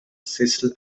sessel